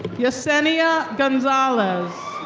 yecenia gonzalez.